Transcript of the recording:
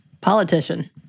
Politician